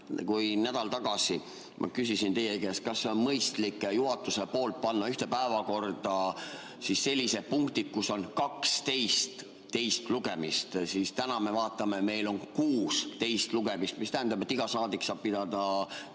Kui nädal tagasi ma küsisin teie käest, kas on mõistlik juhatuse poolt panna ühte päevakorda sellised punktid, kus on 12 teist lugemist, siis täna me vaatame, meil on kuus teist lugemist. See tähendab, et iga saadik saab pidada